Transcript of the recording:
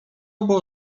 było